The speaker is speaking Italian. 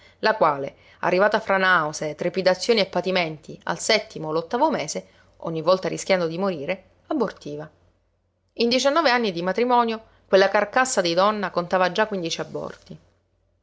la quale arrivata fra nausee trepidazioni e patimenti al settimo o l'ottavo mese ogni volta rischiando di morire abortiva in diciannove anni di matrimonio quella carcassa di donna contava già quindici aborti